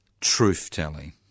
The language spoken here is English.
truth-telling